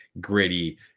gritty